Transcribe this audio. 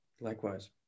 Likewise